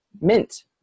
mint